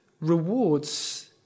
rewards